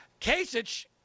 Kasich